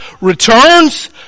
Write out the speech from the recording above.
returns